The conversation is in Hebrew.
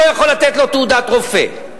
לא יכול לתת לו תעודת רופא.